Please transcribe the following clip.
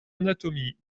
anatomy